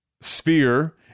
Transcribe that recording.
sphere